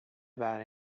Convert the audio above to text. about